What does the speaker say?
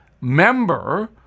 member